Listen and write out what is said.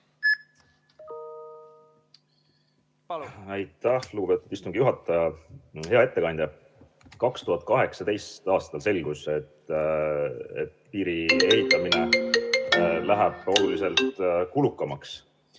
Aitäh, lugupeetud istungi juhataja! Hea ettekandja! 2018. aastal selgus, et piiri ehitamine läheb oluliselt kulukamaks